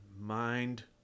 mind